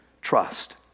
trust